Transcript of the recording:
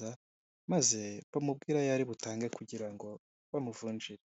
umweru n'umukara wambariyemo ishati, araburanishwa.